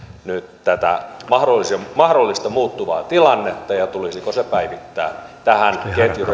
nyt tätä mahdollista muuttuvaa tilannetta ja tulisiko se päivittää tähän